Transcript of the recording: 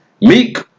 Meek